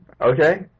Okay